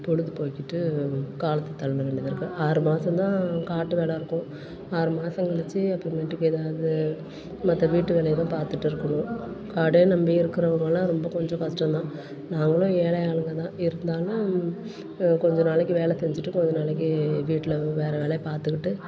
பொழுதுபோக்கிட்டு காலத்தை தள்ள வேண்டியதாக இருக்குது ஆறு மாதந்தான் காட்டு வேலை இருக்கும் ஆறு மாதம் கழித்து அப்புறமேட்டுக்கு ஏதாவது மற்ற வீட்டு வேலையை தான் பார்த்துட்டு இருக்கணும் காடே நம்பி இருக்கிறவுங்கள்லாம் ரொம்ப கொஞ்சம் கஷ்டந்தான் நாங்களும் ஏழையாளுங்க தான் இருந்தாலும் கொஞ்ச நாளைக்கு வேலை செஞ்சிட்டு கொஞ்ச நாளைக்கு வீட்டில் வேற வேலையை பார்த்துக்கிட்டு